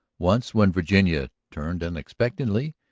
once, when virginia turned unexpectedly,